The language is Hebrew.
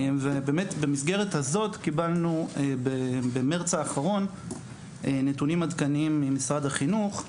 במסגרת הזאת קיבלנו במרץ האחרון נתונים עדכניים ממשרד החינוך.